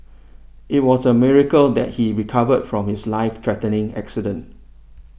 it was a miracle that he recovered from his life threatening accident